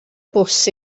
bws